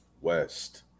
West